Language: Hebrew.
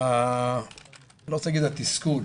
לא רוצה להגיד התסכול,